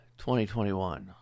2021